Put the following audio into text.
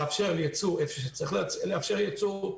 לאפשר ייצוא איפה שצריך לאפשר ייצוא,